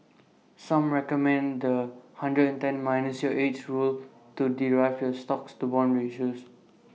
some recommend The One hundred and ten minus your age rule to derive your stocks to bonds ratio